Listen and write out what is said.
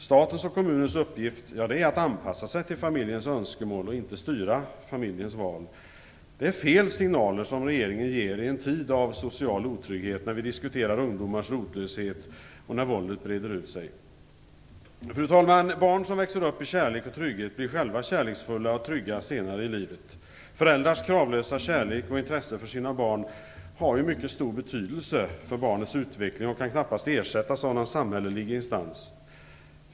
Statens och kommunens uppgift är att anpassa sig till familjens önskemål och inte styra familjens val. Regeringen ger fel signaler i en tid av social otrygghet, när vi diskuterar ungdomars rotlöshet och när våldet breder ut sig. Fru talman! Barn som växer upp i kärlek och trygghet blir själva kärleksfulla och trygga senare i livet. Föräldrars kravlösa kärlek och intresse för sina barn har mycket stor betydelse för barnets utveckling och kan knappast ersättas av någon samhällelig instans.